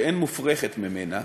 שאין מופרכת ממנה,